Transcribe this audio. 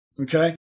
okay